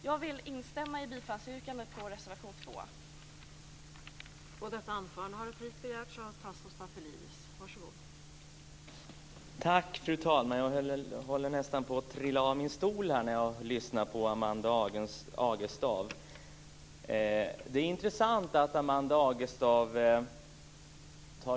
Jag instämmer i bifallsyrkandet när det gäller reservation nr 2.